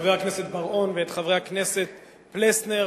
חבר הכנסת בר-און ואת חבר הכנסת פלסנר